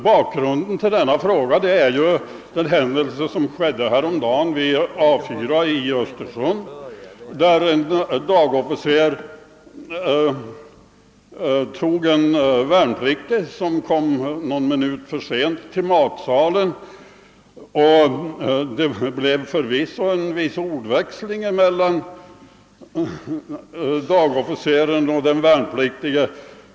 Bakgrunden till min fråga var den händelse Som häromdagen inträffade vid A 4 i Östersund. Där tog en dagofficer en Värnpliktig, som kom någon minut för ont till matsalen, och stoppade honom Arresten bums efter en viss ordväx Ng mellan dagofficeren och den värn Pliktige.